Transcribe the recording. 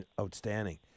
outstanding